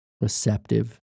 receptive